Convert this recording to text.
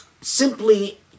simply